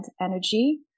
energy